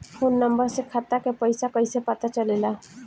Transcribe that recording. Phone number से खाता के पइसा कईसे पता चलेला?